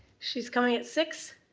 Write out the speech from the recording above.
she's coming at six.